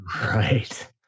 Right